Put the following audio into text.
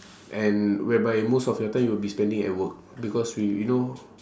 and whereby most of your time you'll be spending at work because we you know